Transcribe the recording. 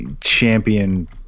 champion